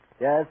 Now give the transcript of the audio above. Yes